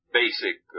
basic